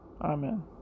Amen